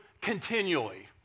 continually